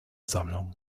sammlung